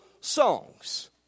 songs